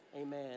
Amen